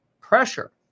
pressure